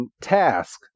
task